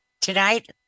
tonight